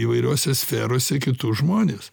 įvairiose sferose kitus žmones